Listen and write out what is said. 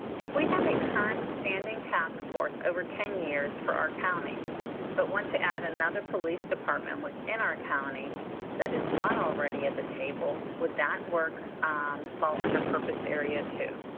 if we have a current standing task force over ten years for our county but want to add another police department within our county that is not already at the table, would that work fall under purpose area two?